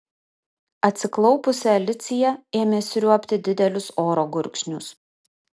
atsiklaupusi alicija ėmė sriuobti didelius oro gurkšnius